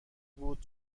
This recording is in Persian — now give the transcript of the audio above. بود